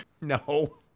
No